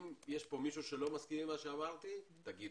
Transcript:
אם יש פה מישהו שלא מסכים עם מה שאמרתי, תגידו.